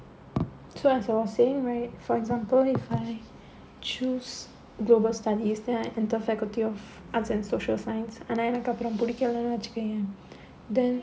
so as I was saying right for example if I choose global studies then I enter faculty of arts and social science ஆனா எனக்கு அப்புறம் பிடிக்கலன்னு வச்சுக்கயேன்:aanaa enakku appuram pidikkalannu vachukkayaen then